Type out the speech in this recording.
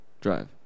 drive